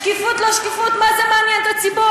שקיפות לא-שקיפות, מה זה מעניין את הציבור?